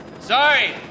Sorry